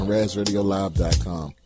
RazRadioLive.com